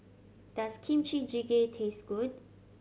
does Kimchi Jjigae taste good